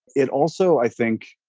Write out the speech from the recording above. it also, i think,